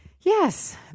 Yes